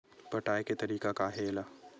पटाय के तरीका का हे एला?